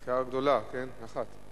כיכר גדולה, כן, אחת.